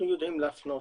אנחנו יודעים להפנות,